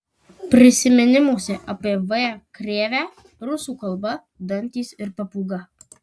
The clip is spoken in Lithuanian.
prisiminimuose apie v krėvę rusų kalba dantys ir papūga